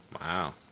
Wow